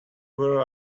were